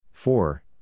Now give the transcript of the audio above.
Four